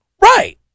Right